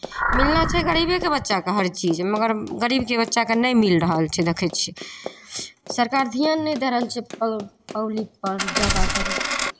मिलना चाही गरीबेके बच्चाकेँ हरचीज मगर गरीबके बच्चाकेँ नहि मिल रहल छै देखै छियै सरकार धियान नहि दऽ रहल छै प् प् पब्लिकपर जादातर